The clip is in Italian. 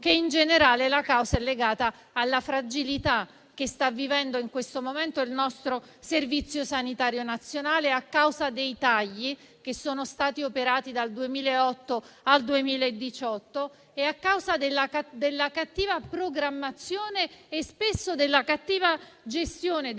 che in generale la causa è legata alla fragilità che sta vivendo in questo momento il nostro Servizio sanitario nazionale a causa dei tagli che sono stati operati dal 2008 al 2018 e a causa della cattiva programmazione e spesso della cattiva gestione della